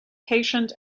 patient